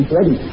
ready